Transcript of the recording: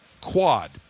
quad